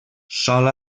sol